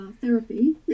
therapy